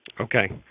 Okay